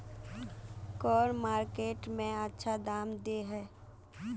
कौन मार्केट में अच्छा दाम दे है?